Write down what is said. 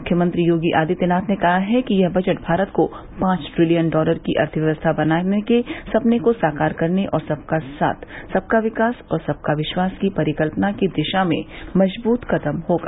मुख्यमंत्री योगी आदित्यनाथ ने कहा कि यह बजट भारत को पांच ट्रिलियन डॉलर की अर्थव्यवस्था बनाने के सपने को साकार करने और सबका साथ सबका विकास और सबका विश्वास की परिकल्पना की दिशा में मजबूत कदम होगा